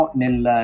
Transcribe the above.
nel